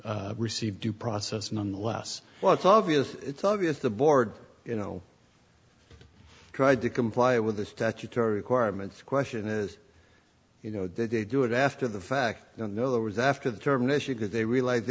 bucy receive due process nonetheless well it's obvious it's obvious the board you know tried to comply with the statutory requirements the question is you know did they do it after the fact you know that was after the term issue because they realized they